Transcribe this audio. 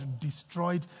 destroyed